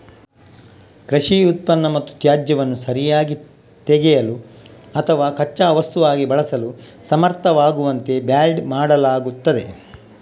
ಕೃಷಿ ಉತ್ಪನ್ನ ಮತ್ತು ತ್ಯಾಜ್ಯವನ್ನು ಸರಿಯಾಗಿ ತೆಗೆಯಲು ಅಥವಾ ಕಚ್ಚಾ ವಸ್ತುವಾಗಿ ಬಳಸಲು ಸಮರ್ಥವಾಗುವಂತೆ ಬ್ಯಾಲ್ಡ್ ಮಾಡಲಾಗುತ್ತದೆ